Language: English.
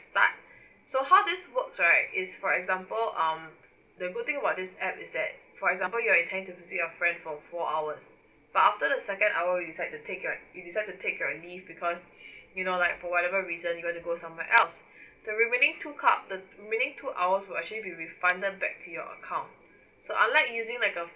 start so how this works right is for example um the good thing about this app is that for example you're intending to visit your friend for four hours but after the second hour you decide to take your you decide to your leave because you know like for whatever reason you want to go somewhere else the remaining two cup the remaining two hours will actually be refunded back your account so unlike using like a